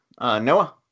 Noah